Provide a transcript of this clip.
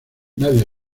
nadie